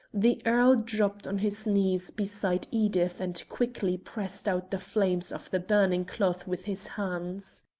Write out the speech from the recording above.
the earl dropped on his knees beside edith and quickly pressed out the flames of the burning cloth with his hands.